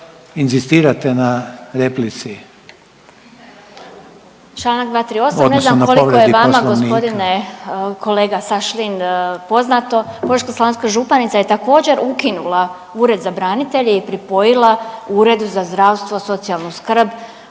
inzistirate na replici